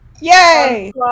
Yay